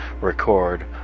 record